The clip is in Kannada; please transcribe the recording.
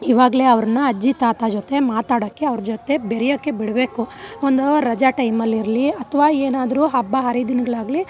ಇವಾಗಲೇ ಅವ್ರನ್ನು ಅಜ್ಜಿ ತಾತ ಜೊತೆ ಮಾತಾಡೋಕ್ಕೆ ಅವ್ರ ಜೊತೆ ಬೆರೆಯೋಕ್ಕೆ ಬಿಡಬೇಕು ಒಂದೋ ರಜಾ ಟೈಮಲ್ಲಿರಲಿ ಅಥವಾ ಏನಾದರೂ ಹಬ್ಬ ಹರಿದಿನಗಳಾಗಲಿ